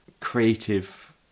creative